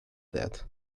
that